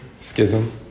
Schism